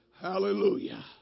Hallelujah